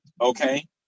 Okay